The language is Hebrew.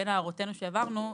בהערות שהעברנו,